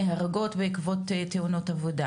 נהרגות בעקבות תאונות עבודה.